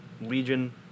Legion-